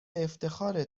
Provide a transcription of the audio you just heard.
افتخاره